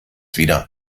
wieder